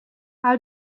how